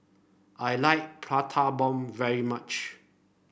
I like Prata Bomb very much